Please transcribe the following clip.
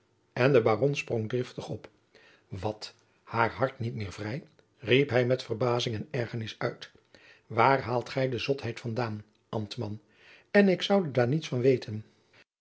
en de baron sprong driftig op wat haar hart niet meer vrij riep hij met verbazing en ergernis uit waar haalt gij de zotheid van daan ambtman en ik zoude daar niets van weten